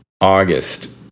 August